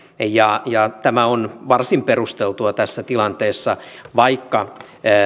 ja ja tämä on varsin perusteltua tässä tilanteessa vaikka